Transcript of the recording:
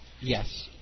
Yes